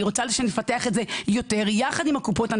אני רוצה שנפתח את זה יותר יחד עם הקופות.